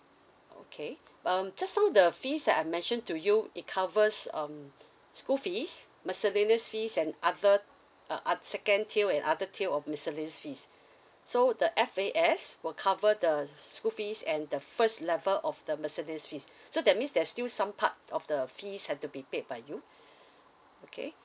okay um just now the fees that I mention to you it covers um school fees miscellaneous fees and other uh un~ second tier and other tier of miscellaneous fees so the F_A_S will cover the school fees and the first level of the miscellaneous fees so that means there's still some part of the fees have to be paid by you okay